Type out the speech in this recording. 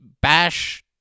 bash